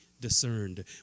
discerned